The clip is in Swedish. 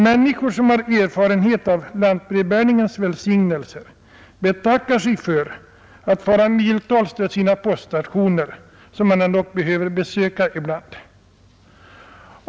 Människor som har erfarenhet av lantbrevbäringens välsignelser betackar sig för att få fara miltals till sina poststationer, som de ändå behöver besöka ibland.